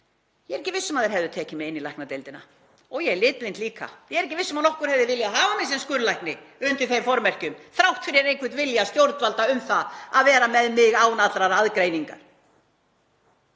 Ég er ekki viss um að þeir hefðu tekið mig inn í læknadeildina. Og ég er litblind líka. Ég er ekki viss um að nokkur hefði viljað hafa mig sem skurðlækni undir þeim formerkjum þrátt fyrir einhvern vilja stjórnvalda að vera með mig án allrar aðgreiningar.